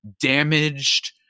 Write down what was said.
damaged